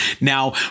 Now